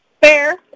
Fair